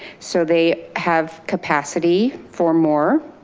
so they have capacity for more.